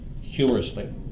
humorously